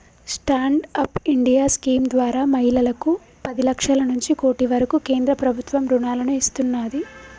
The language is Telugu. స్టాండ్ అప్ ఇండియా స్కీమ్ ద్వారా మహిళలకు పది లక్షల నుంచి కోటి వరకు కేంద్ర ప్రభుత్వం రుణాలను ఇస్తున్నాది